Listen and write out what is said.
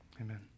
amen